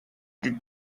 going